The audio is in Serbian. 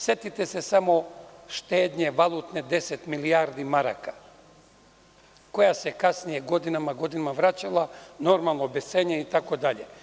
Setite se samo štednje valutne 10 milijardi maraka, koja se kasnije godinama vraćala normalno u bescenje itd.